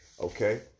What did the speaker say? Okay